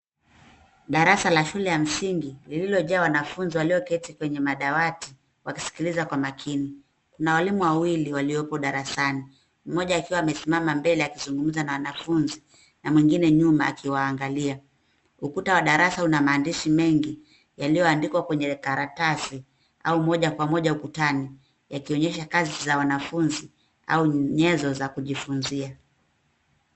Darasa la shule la msingi lililojaa wanafunzi walioketi kwenye madawati wakisikiliza kwa makini. Kuna walimu wawili waliopo darasani mmoja akiwa amesimama mbele akizungumza na wanafunzi na mwingine nyuma akiwaangalia. Ukuta wa darasa una maandishi mengi yaliyoandikwa kwenye karatasi au moja kwa moja ukutani yakionyesha kazi za wanafunzi au nyenzo za kujifunzia.